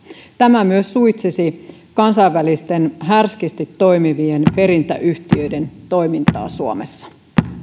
tämä myös suitsisi kansainvälisten härskisti toimivien perintäyhtiöiden toimintaa suomessa